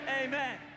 amen